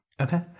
okay